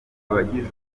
abagize